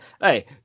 Hey